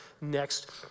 next